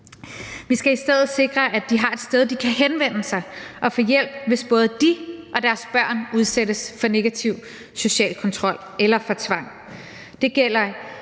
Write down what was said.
Vi skal i stedet sikre, at de har et sted, de kan henvende sig og få hjælp, hvis både de og deres børn udsættes for negativ social kontrol eller for tvang.